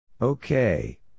Okay